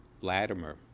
Latimer